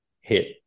hit